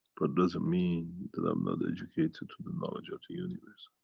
but doesn't mean that i'm not educated to the knowledge of the universe.